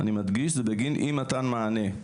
אני מדגיש זה בגין אי מתן מענה,